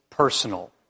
Personal